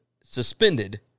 suspended